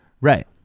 Right